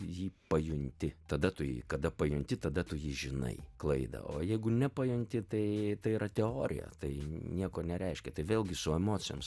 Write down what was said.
jį pajunti tada tu jį kada pajunti tada tu jį žinai klaidą o jeigu nepajunti tai tai yra teorija tai nieko nereiškia tai vėlgi su emocijoms